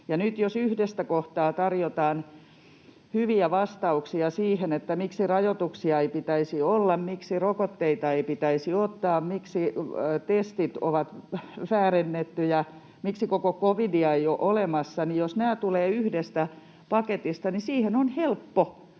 jos yhdestä kohtaa tarjotaan hyviä vastauksia siihen, miksi rajoituksia ei pitäisi olla, miksi rokotteita ei pitäisi ottaa, miksi testit ovat väärennettyjä, miksi koko covidia ei ole olemassa, jos nämä tulevat yhdestä paketista, niin näin on helppo